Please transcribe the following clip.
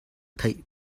theih